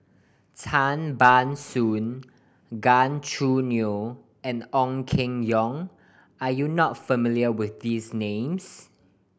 Tan Ban Soon Gan Choo Neo and Ong Keng Yong are you not familiar with these names